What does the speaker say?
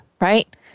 right